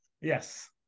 Yes